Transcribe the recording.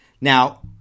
Now